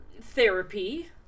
therapy